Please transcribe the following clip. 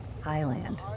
Highland